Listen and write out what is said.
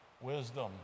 Wisdom